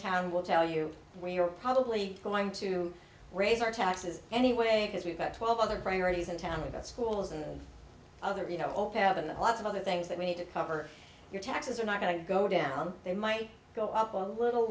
town will tell you where you're probably going to raise our taxes anyway because we've got twelve other priorities in town about schools and other you know open a lot of other things that we need to cover your taxes are not going to go down they might go up a little